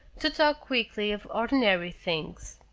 to talk quickly of ordinary things.